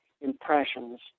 impressions